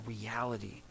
reality